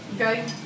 okay